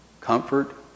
comfort